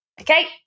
okay